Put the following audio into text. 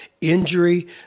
injury